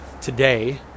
today